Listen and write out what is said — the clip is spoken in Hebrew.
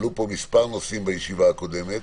עלו פה מספר נושאים בישיבה הקודמת,